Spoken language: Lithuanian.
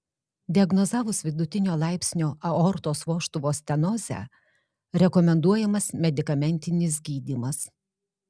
diagnozavus vidutinio laipsnio aortos vožtuvo stenozę rekomenduojamas medikamentinis gydymas